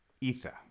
ether